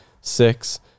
six